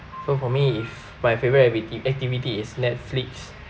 so for me if my favourite activity activity is Netflix